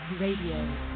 Radio